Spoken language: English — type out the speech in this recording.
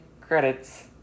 credits